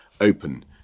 open